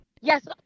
Yes